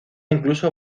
incluso